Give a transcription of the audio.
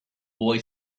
boy